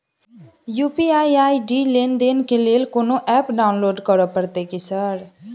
UPI ID लेनदेन केँ लेल कोनो ऐप डाउनलोड करऽ पड़तय की सर?